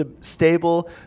stable